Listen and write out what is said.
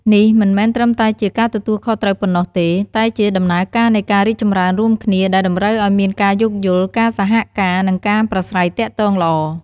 នេះមិនមែនត្រឹមតែជាការទទួលខុសត្រូវប៉ុណ្ណោះទេ តែជាដំណើរការនៃការរីកចម្រើនរួមគ្នា ដែលតម្រូវឱ្យមានការយោគយល់ ការសហការ និងការប្រាស្រ័យទាក់ទងល្អ។